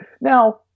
Now